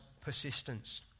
persistence